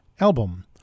Album